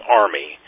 army